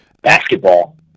basketball